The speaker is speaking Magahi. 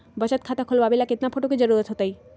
बचत खाता खोलबाबे ला केतना फोटो के जरूरत होतई?